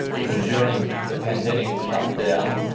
even during the pandemic shutdown.